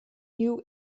new